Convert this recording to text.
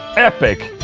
epic.